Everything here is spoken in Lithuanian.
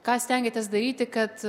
ką stengiatės daryti kad